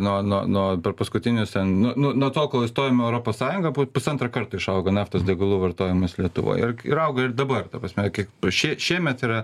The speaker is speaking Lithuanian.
nuo nuo nuo per paskutinius ten nu nuo to kol įstojom į europos sąjungą po pusantro karto išaugo naftos degalų vartojimas lietuvoj ir ir auga ir dabar ta prasme kiek šie šiemet yra